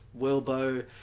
Wilbo